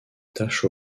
taches